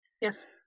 Yes